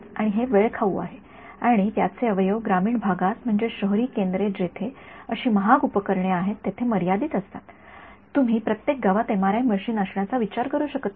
आणि हे वेळखाऊ आहे आणि त्याचे अवयव ग्रामीण भागात म्हणजे शहरी केंद्रे जेथे अशी महाग उपकरणे आहेत तेथे मर्यादित असतात तुम्ही प्रत्येक गावात एमआरआय मशीन असण्याचा विचार करु शकत नाही